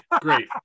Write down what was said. great